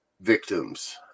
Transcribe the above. victims